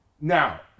Now